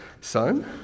son